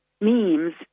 memes